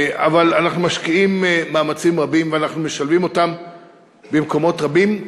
אבל אנחנו משקיעים מאמצים רבים ואנחנו משלבים אותם במקומות רבים.